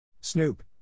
Snoop